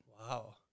Wow